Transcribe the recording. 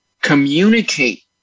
communicate